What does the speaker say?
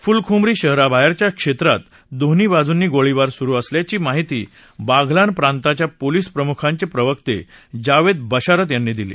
फुलखुमरी शहराबाहेख्या क्षक्रित दोन्ही बाजुंनी गोळीबार सुरु असल्याची माहिती बाघलान प्रांताच्या पोलीस प्रमुखांच प्रिम्त ज्ञावद्व प्रशारत यांनी दिली